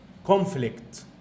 conflict